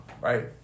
right